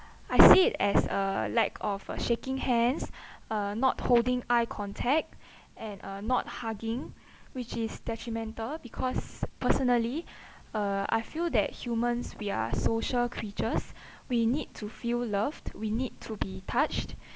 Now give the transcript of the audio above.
I see it as a lack of uh shaking hands uh not holding eye contact and uh not hugging which is detrimental because personally uh I feel that humans we are social creatures we need to feel loved we need to be touched